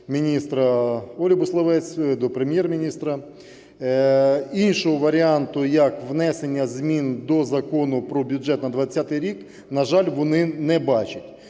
міністра Ольги Буславець, до Прем’єр-міністра. Іншого варіанту, як внесення змін до Закону про бюджет на 20-й рік, на жаль, вони не бачать.